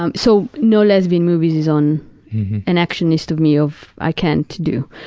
um so, no lesbian movies is on an action list of me of i can't do.